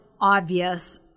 obvious